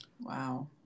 Wow